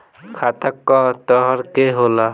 खाता क तरह के होला?